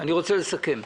אני רוצה לסכם.